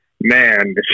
Man